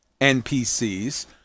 NPCs